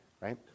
right